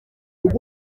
ubwo